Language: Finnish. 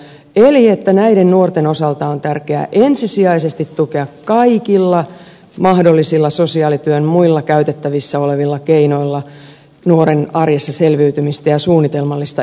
eli näiden nuorten osalta on tärkeää ensisijaisesti tukea kaikilla mahdollisilla sosiaalityön muilla käytettävissä olevilla keinoilla nuoren arjessa selviytymistä ja suunnitelmallista elämänhallintaa